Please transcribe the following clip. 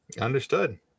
Understood